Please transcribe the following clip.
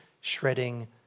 shredding